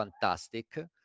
fantastic